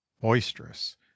boisterous